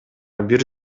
бир